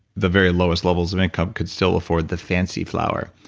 the very lowest levels of income could still afford the fancy flour.